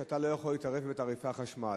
שאתה לא יכול להתערב בתעריפי החשמל,